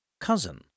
Cousin